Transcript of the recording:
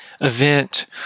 event